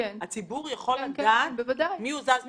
הציבור יכול לדעת מי הוזז מתפקידו.